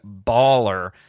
baller